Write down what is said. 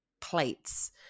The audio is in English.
plates